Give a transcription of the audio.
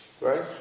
Right